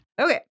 Okay